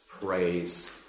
Praise